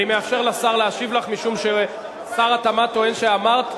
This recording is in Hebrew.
אני מאפשר לשר להשיב לך משום ששר התמ"ת טוען שאמרת,